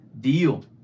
deal